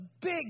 big